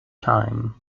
time